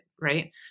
right